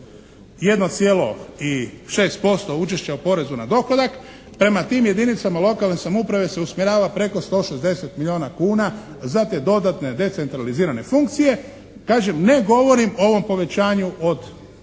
1,6% učešća u porezu na dohodak prema tim jedinicama lokalne samouprave se usmjerava preko 160 milijuna kuna za te dodatne decentralizirane funkcije. Kažem, ne govorim o ovom povećanju od 15